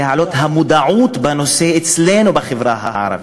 להעלות את המודעות לנושא אצלנו בחברה הערבית,